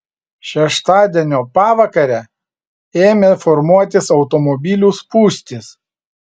šeštadienio pavakarę ėmė formuotis automobilių spūstys